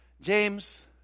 James